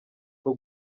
bwo